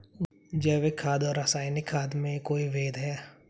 जैविक खाद और रासायनिक खाद में कोई भेद है?